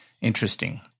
Interesting